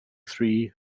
three